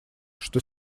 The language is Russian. что